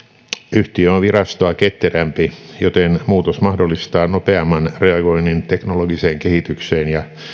yhtiö on virastoa ketterämpi joten muutos mahdollistaa nopeamman reagoinnin teknologiseen kehitykseen ja